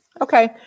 Okay